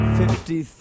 fifty